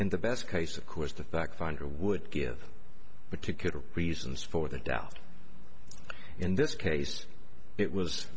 in the best case of course the fact finder would give particular reasons for the doubt in this case it was